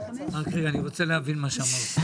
רגע, אני רוצה להבין מה שאמרת.